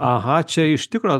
aha čia iš tikro